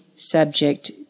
subject